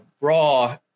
raw